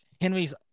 Henry's